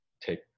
take